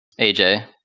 AJ